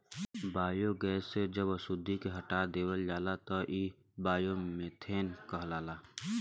biogas से जब अशुद्धि के हटा देवल जाला तब इ बायोमीथेन कहलाला